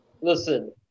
Listen